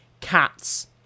Cats